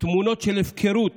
תמונות של הפקרות